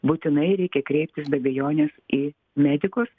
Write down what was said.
būtinai reikia kreiptis be abejonės į medikus